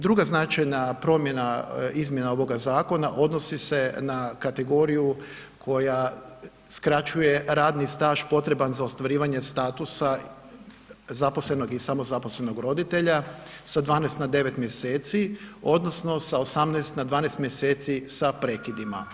Druga značajna promjena izmjena ovoga zakona odnosi se na kategoriju koja skraćuje radni staž potreban za ostvarivanje statusa zaposlenog i samozaposlenog roditelja sa 12 na 9 mj. odnosno sa 18 na 12 mj. sa prekidima.